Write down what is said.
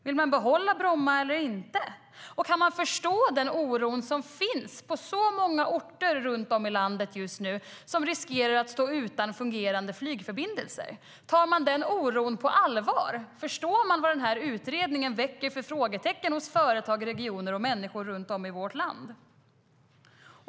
Vill man behålla Bromma eller inte? Kan man förstå den oro som finns på så många orter runt om i landet just nu och som riskerar att stå utan fungerande flygförbindelser? Tar man denna oro på allvar? Förstår man vad denna utredning väcker för frågor hos företag, regioner och människor runt om i vårt land?